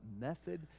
method